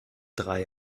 drei